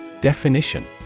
Definition